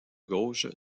gauche